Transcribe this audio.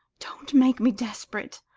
don't make me desperate!